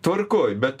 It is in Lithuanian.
tvarkoj bet